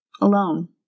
Alone